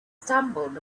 stumbled